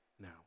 now